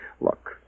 look